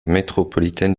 métropolitaine